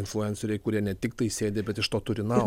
influenceriai kurie ne tiktai sėdi bet iš to turi nau